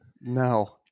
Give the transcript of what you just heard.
No